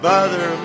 Mother